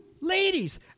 ladies